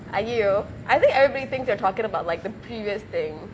!aiyoyo! I think everybody thinks you're talking about like the previous thing